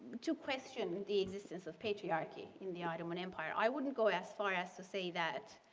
to question the existence of patriarchy in the ottoman empire. i wouldn't go as far as to say that,